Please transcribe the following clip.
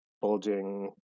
bulging